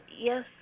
Yes